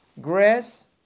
grass